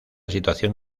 situación